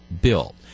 Bill